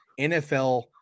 NFL